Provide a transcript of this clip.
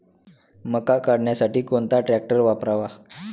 मका काढणीसाठी कोणता ट्रॅक्टर वापरावा?